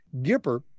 gipper